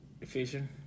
Efficient